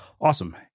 Awesome